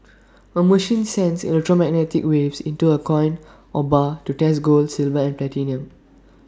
A machine sends electromagnetic waves into A coin or bar to test gold silver and platinum